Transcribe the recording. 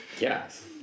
Yes